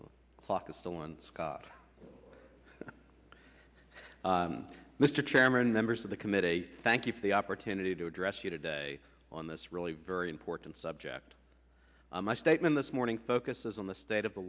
on scott mr chairman members of the committee thank you for the opportunity to address you today on this really very important subject my statement this morning focuses on the state of the